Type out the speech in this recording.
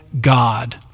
God